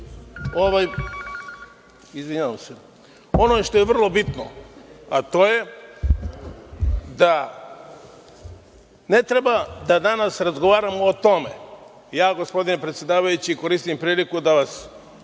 ono što je vrlo bitno, a to je da ne treba da danas razgovaramo o tome. Ja gospodine predsedavajući, koristim priliku da vas